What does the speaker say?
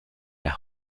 las